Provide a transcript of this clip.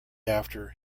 after